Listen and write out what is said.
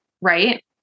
right